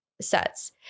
sets